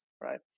right